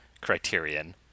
criterion